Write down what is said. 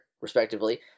respectively